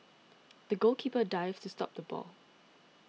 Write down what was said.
the goalkeeper dived to stop the ball